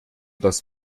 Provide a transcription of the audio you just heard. das